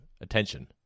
attention